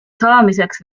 saamiseks